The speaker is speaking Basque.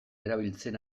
erabiltzen